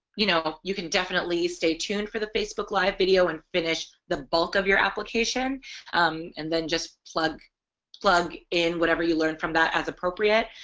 you know you can definitely stay tuned for the facebook live video and finish the bulk of your application and then just plug plug in whatever you learn from that as appropriate